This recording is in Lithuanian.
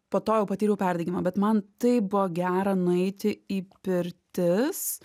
po to jau patyriau perdegimą bet man taip buvo gera nueiti į pirtis